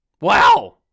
Wow